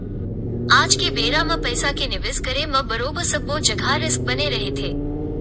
आज के बेरा म पइसा के निवेस करे म बरोबर सब्बो जघा रिस्क बने रहिथे